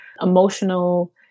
emotional